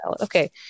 okay